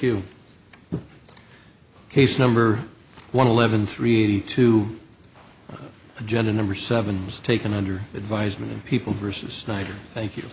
you case number one eleven three eighty two agenda number seven was taken under advisement and people versus snyder thank you